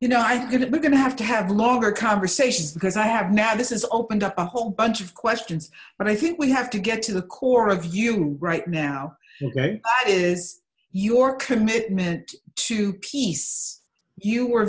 you know i get it we're going to have to have longer conversations because i have now this is opened up a whole bunch of questions but i think we have to get to the core of you right now is your commitment to peace you